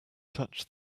touch